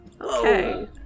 Okay